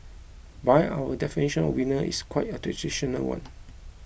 by our definition of winners is quite a traditional one